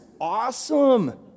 awesome